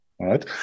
Right